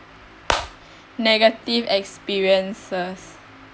negative experiences